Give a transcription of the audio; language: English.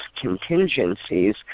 contingencies